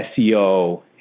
SEO